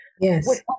Yes